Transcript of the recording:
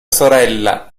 sorella